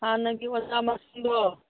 ꯍꯥꯟꯅꯒꯤ ꯑꯣꯖꯥ ꯃꯁꯤꯡꯗꯣ